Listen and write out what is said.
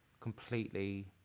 completely